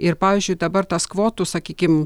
ir pavyzdžiui dabar tas kvotų sakykim